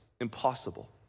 impossible